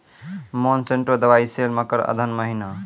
Monsanto दवाई sale मकर अघन महीना,